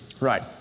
Right